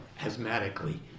asthmatically